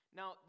now